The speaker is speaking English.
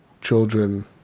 children